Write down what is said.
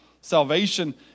Salvation